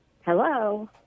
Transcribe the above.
Hello